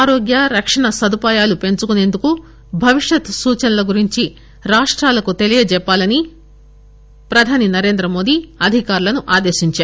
ఆరోగ్య రక్షణ సదుపాయాలను పెంచుకునేందుకు భవిష్యత్తు సూచనల గురించి రాష్టాలకు తెలియజేయాలని ప్రధానమంత్రి నరేంద్ర మోదీ అధికారులను ఆదేశిందారు